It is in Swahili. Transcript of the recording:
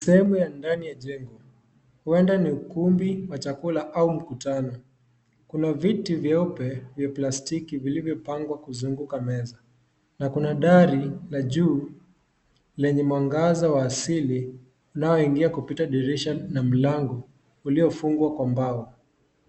Sehemu ya ndani ya jengo. Huenda ni ukumbi wa chakula au mkutano. Kuna viti vyeupe vya plastiki vilivyopangwa kuzunguka meza, na kuna ndari la juu lenye mwangaza wa asili unaoingia kupita kwa dirisha na mlango, uliofungwa kwa mbao.